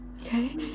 Okay